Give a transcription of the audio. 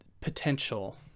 potential